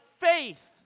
faith